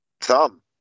Thumb